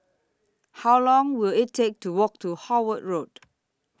How Long Will IT Take to Walk to Howard Road